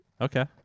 Okay